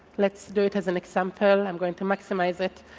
let's do it as an example, i'm going to maximize it,